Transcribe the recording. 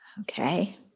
Okay